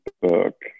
book